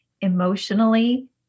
emotionally